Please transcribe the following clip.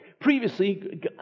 Previously